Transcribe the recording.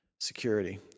security